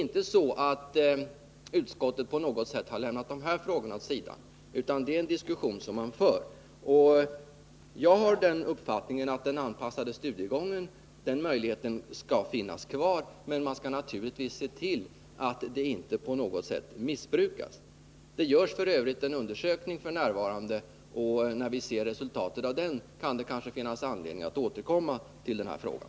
Utskottet har inte på något sätt lämnat de här frågorna åt sidan utan för en diskussion om detta. Jag har den uppfattningen att möjligheten till anpassad studiegång skall finnas kvar men att man naturligtvis skall se till att den inte missbrukas på något sätt. Det görs f. ö. en undersökning f. n., och när vi ser resultatet av den kan det kanske finnas anledning att återkomma till frågan.